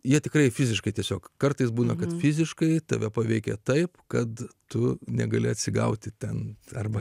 jie tikrai fiziškai tiesiog kartais būna kad fiziškai tave paveikė taip kad tu negali atsigauti ten arba